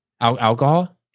Alcohol